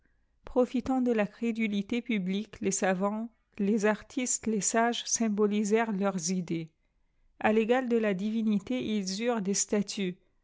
profitant de la crédulité publique les savants les artistes les sages symbolisèrent leurs idées a régal de la divinité ils eurent des statues